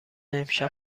امشب